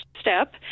step